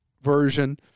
version